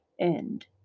end